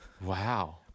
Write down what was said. Wow